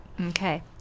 Okay